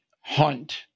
hunt